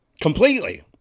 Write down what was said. completely